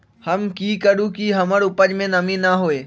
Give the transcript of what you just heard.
हम की करू की हमर उपज में नमी न होए?